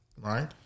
right